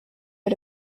but